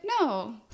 No